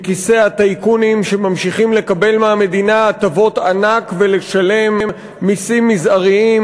מכיסי הטייקונים שממשיכים לקבל מהמדינה הטבות ענק ולשלם מסים מזעריים,